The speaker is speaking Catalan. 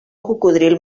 cocodril